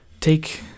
take